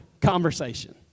conversation